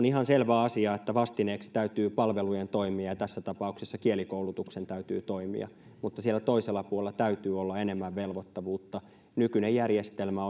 ihan selvä asia että vastineeksi täytyy palvelujen toimia ja tässä tapauksessa kielikoulutuksen täytyy toimia mutta siellä toisella puolella täytyy olla enemmän velvoittavuutta nykyinen järjestelmä